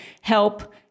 help